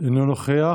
אינו נוכח,